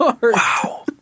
Wow